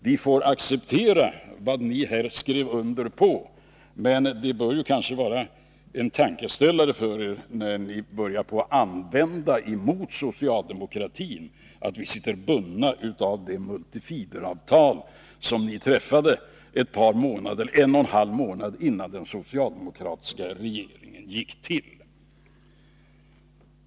Vi får acceptera de avtal ni har skrivit under, men det bör kanske vara en tankeställare för er när ni börjar invända mot socialdemokratin att den sitter bunden av det multifiberavtal som ni träffade en och en halv månad innan den socialdemokratiska regeringen trädde till.